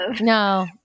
No